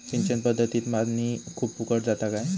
सिंचन पध्दतीत पानी खूप फुकट जाता काय?